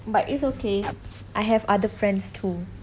but it's okay I have other friends too